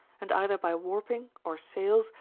and either by warping or sails,